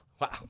Wow